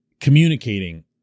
communicating